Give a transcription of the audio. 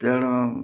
ତେଣୁ